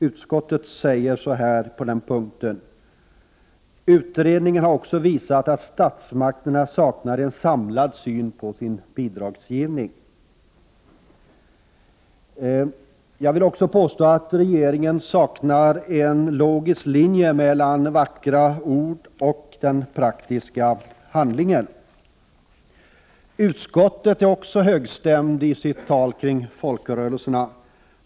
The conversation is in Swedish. Utskottet säger därvidlag att utredningen ”har visat att statsmakterna saknar en samlad syn på sin bidragsgivning”. Jag vill även påstå att regeringen saknar en logisk linje mellan vackra ord och praktisk handling. Utskottet är också högstämt i sitt tal om folkrörelserna.